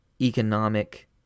economic